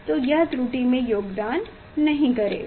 तो यह त्रुटि में योगदान नहीं करेगा